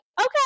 okay